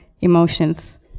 emotions